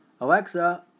Alexa